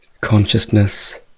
Consciousness